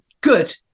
Good